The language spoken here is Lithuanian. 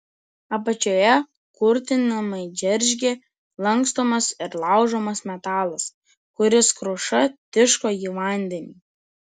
apačioje kurtinamai džeržgė lankstomas ir laužomas metalas kuris kruša tiško į vandenį